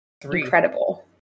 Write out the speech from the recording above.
incredible